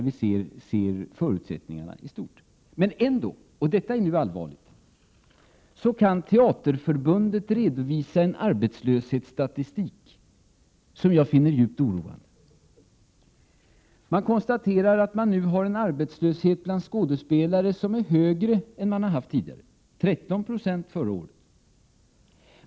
Det är förutsättningarna i stort. Men ändå, vilket är allvarligt. kan Teaterförbundet redovisa en arbetslöshetsstatistik som jag finner djupt oroande. Enligt Teaterförbundet är arbetslösheten bland skådespelare högre än tidigare. Förra året var arbetslösheten 13 96.